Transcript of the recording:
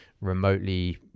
remotely